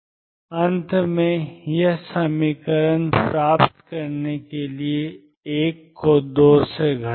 iℏ∂ψ ∂tψ∂t22m2x2 2x2 प्राप्त करने के लिए 1 से 2 घटाएं